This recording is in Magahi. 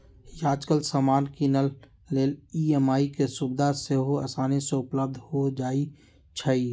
याजकाल समान किनेके लेल ई.एम.आई के सुभिधा सेहो असानी से उपलब्ध हो जाइ छइ